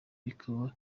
rikaba